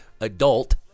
adult